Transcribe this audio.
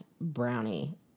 brownie